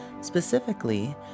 Specifically